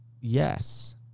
Yes